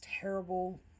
terrible